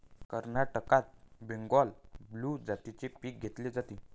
कर्नाटकात बंगलोर ब्लू जातीचे पीक घेतले जाते